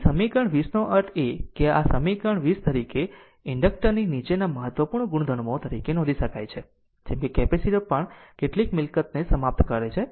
તેથી સમીકરણ 20 નો અર્થ એ કે આ સમીકરણ 20 તરીકે ઇન્ડ્રેક્ટરની નીચેના મહત્વપૂર્ણ ગુણધર્મો તરીકે નોંધી શકાય છે જેમ કે કેપેસિટર પણ કેટલીક મિલકતને સમાપ્ત કરે છે